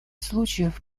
случаев